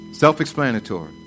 Self-explanatory